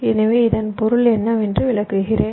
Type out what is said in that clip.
எனவே இதன் பொருள் என்ன என்று விளக்குகிறேன்